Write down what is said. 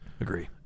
Agree